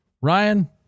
Ryan